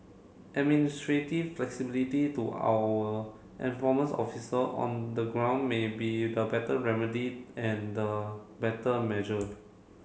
administrative flexibility to our officer on the ground may be the better remedy and the better measure